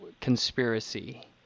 conspiracy